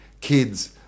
kids